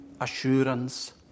assurance